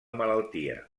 malaltia